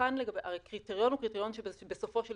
הרי קריטריון הוא קריטריון שבסופו של